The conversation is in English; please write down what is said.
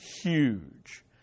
huge